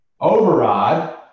Override